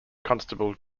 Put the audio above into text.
constable